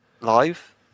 live